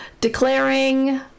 Declaring